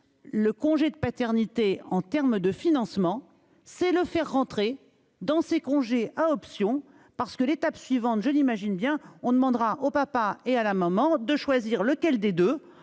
le congé de paternité en terme de financement c'est le faire rentrer dans ses congés à option parce que l'étape suivante, je l'imagine bien on demandera au papa et à la maman de choisir lequel des deux